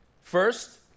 First